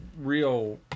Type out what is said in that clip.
real